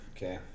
Okay